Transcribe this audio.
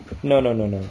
no no no no